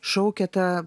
šaukė ta